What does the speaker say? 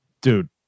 Dude